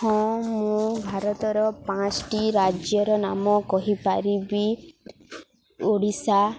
ହଁ ମୁଁ ଭାରତର ପାଞ୍ଚଟି ରାଜ୍ୟର ନାମ କହିପାରିବି ଓଡ଼ିଶା